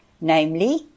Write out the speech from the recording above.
Namely